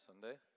Sunday